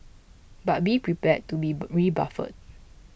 but be prepared to be rebuffed